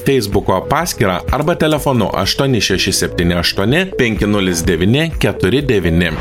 feisbuko paskyrą arba telefonu aštuoni šeši septyni aštuoni penki nulis devyni keturi devyni